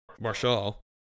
Marshall